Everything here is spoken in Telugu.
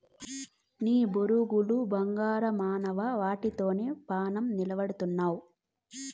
నీ బొరుగులు బంగారమవ్వు, ఆటితోనే పానం నిలపతండావ్